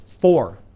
four